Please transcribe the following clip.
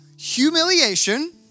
Humiliation